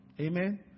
Amen